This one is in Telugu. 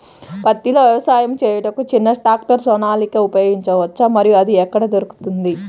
పత్తిలో వ్యవసాయము చేయుటకు చిన్న ట్రాక్టర్ సోనాలిక ఉపయోగించవచ్చా మరియు అది ఎక్కడ దొరుకుతుంది?